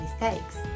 mistakes